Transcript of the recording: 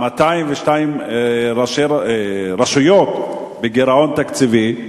202 רשויות בגירעון תקציבי.